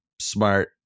smart